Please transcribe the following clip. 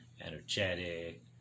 energetic